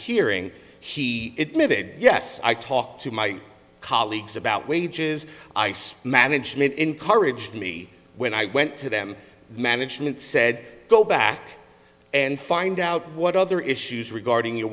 hearing he it mig yes i talked to my colleagues about wages ice management encouraged me when i went to them management said go back and find out what other issues regarding your